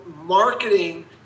marketing